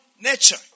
nature